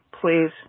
please